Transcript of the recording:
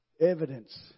evidence